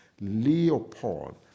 Leopold